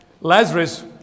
Lazarus